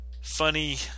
funny